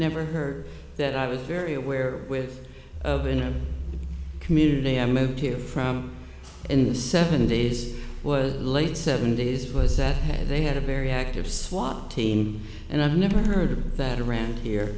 never heard that i was very aware with of in a community i moved here from in the seventy's was late seventy's it was said they had a very active swat team and i've never heard of that around here